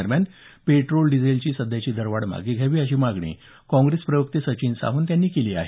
दरम्यान पेट्रोल डिझेलची सध्याची दरवाढ मागे घ्यावी अशी मागणी काँग्रेस प्रवक्ते सचिन सावंत यांनी केली आहे